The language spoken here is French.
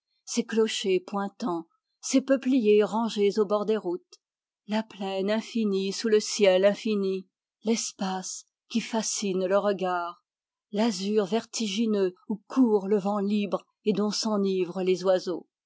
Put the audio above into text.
ses clochers pointants ses peupliers rangés au bord des routes la plaine infinie sous le ciel infini l'espace qui fascine le regard l'azur vertigineux où court le vent libre et dont s'enivrent les oiseaux